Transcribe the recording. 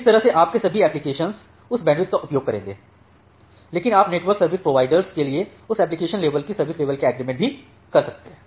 इस तरह से आपके सभी एप्लिकेशन उस बैंडविड्थ का उपयोग करेंगे लेकिन आप नेटवर्क सर्विस प्रोवाइडर के लिए उस एप्लिकेशन लेवल की सर्विस लेवल का एग्रीमेंट भी कर सकते हैं